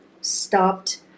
stopped